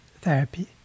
therapy